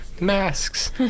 Masks